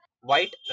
white